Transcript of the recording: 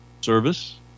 service